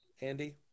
Andy